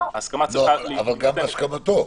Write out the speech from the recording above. ההסכמה צריכה להינתן --- אבל גם בהסכמתו.